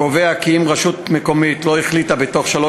קובע כי אם רשות מקומית לא החליטה בתוך שלוש